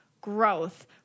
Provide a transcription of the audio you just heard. growth